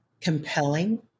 compelling